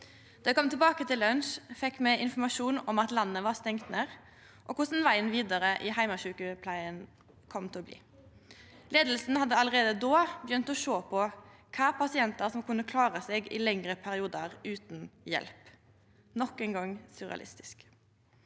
Då eg kom tilbake til lunsj, fekk me informasjon om at landet var stengt ned, og om korleis vegen vidare i heimesjukepleia kom til å bli. Leiinga hadde allereie då begynt å sjå på kva pasientar som kunne klara seg i lengre periodar utan hjelp – nok ein gong surrealistisk.